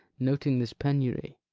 noting this penury,